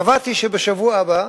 קבעתי שבשבוע הבא,